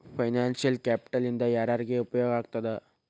Financial capital ಇಂದಾ ಯಾರ್ಯಾರಿಗೆ ಉಪಯೊಗಾಗ್ತದ?